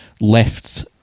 left